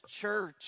church